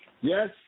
Yes